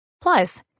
Plus